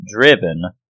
driven